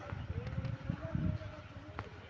का कुकरी पालन करके बजार म बने किमत मिल सकत हवय?